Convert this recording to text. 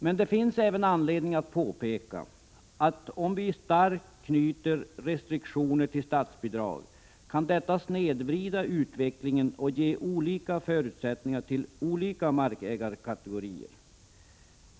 Men det finns även anledning att påpeka att en stark anknytning av restriktioner till statsbidrag kan snedvrida utvecklingen och ge olika förutsättningar för olika markägarkategorier.